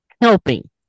Helping